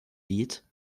lied